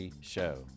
show